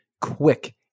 quick